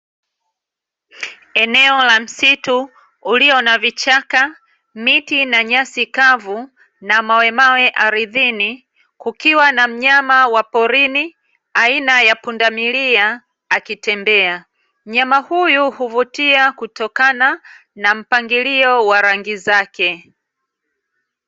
Eneo la msitu ulio na vichaka, miti na nyasi kavu, na mawemawe ardhini, kukiwa na mnyama wa porini aina ya pundamilia akitembea. Mnyama huyu huvutia kutokana na mpangilio wa rangi zake.